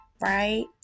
right